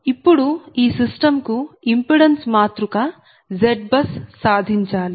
ఇప్పుడు ఈ సిస్టం కు ఇంపిడెన్స్ మాతృక ZBUS సాధించాలి